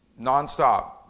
nonstop